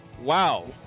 wow